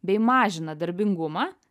bei mažina darbingumą